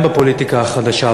גם בפוליטיקה החדשה.